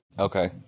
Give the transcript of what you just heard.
Okay